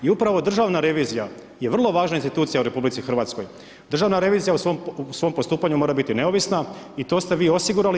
I upravo državna revizija je vrlo važna institucija u RH, državna revizija u svom postupanju mora biti neovisna i to ste vi osigurali.